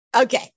Okay